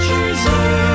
Jesus